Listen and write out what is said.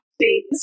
Please